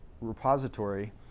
repository